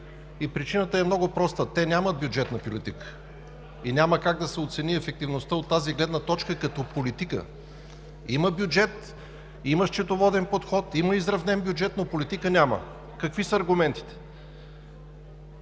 И причината е много проста: те нямат бюджетна политика и няма как да се оцени ефективността от тази гледна точка като политика. Има бюджет, има счетоводен подход, има изравнен бюджет, но политика няма. Какви са аргументите?